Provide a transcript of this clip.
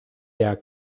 der